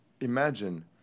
imagine